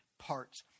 parts